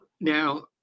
now